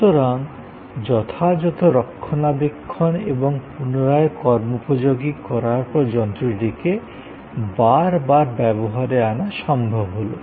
সুতরাং যথাযথ রক্ষণাবেক্ষণ এবং পুনরায় কর্মোপযোগী করার পর যন্ত্রটিকে বার বার ব্যবহারে আনা সম্ভব হলো